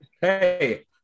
Hey